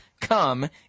come